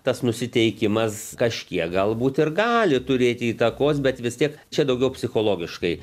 tas nusiteikimas kažkiek galbūt ir gali turėti įtakos bet vis tiek čia daugiau psichologiškai